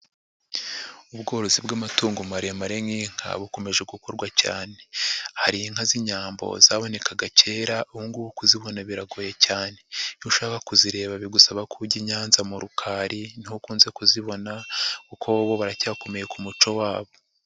Ubworozi bw'amatungo maremare nk'inka bukomeje gukorwa cyane, hari inka z'inyambo zabonekaga kera ubu ngubu kuzibona biragoye cyane, iyo ushaka kuzireba bigusaba ko ujya i Nanza mu Rukari niho ukunze kuzibona kuko bo baracyakomeye ku muco wabo.